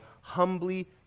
humbly